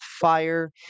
fire